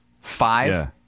Five